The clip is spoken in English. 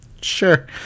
Sure